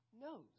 Knows